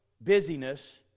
busyness